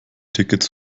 tickets